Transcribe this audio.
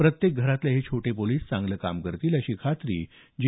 प्रत्येक घरातले हे छोटे पोलिस चांगलं काम करतील अशी खात्री जी